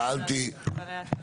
שאלתי, בבקשה.